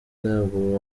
ntabwo